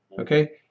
Okay